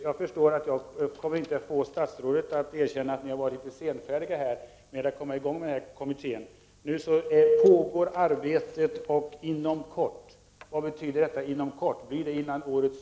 Jag förstår att jag inte kommer att få statsrådet att erkänna att regeringen har varit senfärdig med att bilda kommittén. Nu pågår arbetet, och det skall vara färdigt ”inom kort”. Vad betyder ”inom kort”?